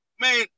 man